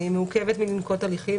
אני מעוכבת מלנקוט הליכים,